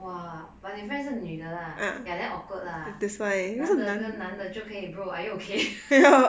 !wah! but 你 friend 是女的 lah ya then awkward lah 男的跟男的就可以 bro are you okay